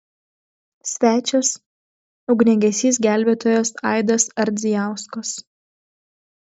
svečias ugniagesys gelbėtojas aidas ardzijauskas